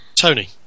Tony